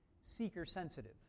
seeker-sensitive